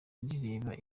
rireba